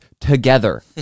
together